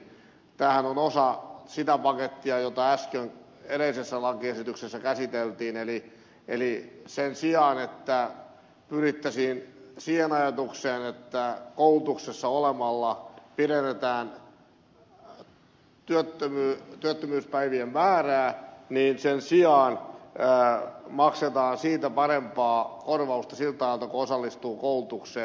tämähän on osa sitä pakettia jota äsken edellisessä lakiesityksessä käsiteltiin eli sen sijaan että pyrittäisiin siihen ajatukseen että koulutuksessa olemalla pidennetään työttömyyspäivien määrää niin sen sijaan maksetaan siitä parempaa korvausta siltä ajalta kun osallistuu koulutukseen